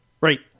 Right